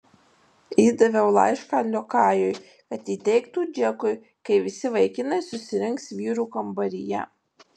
įdaviau laišką liokajui kad įteiktų džekui kai visi vaikinai susirinks vyrų kambaryje